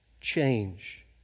change